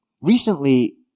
recently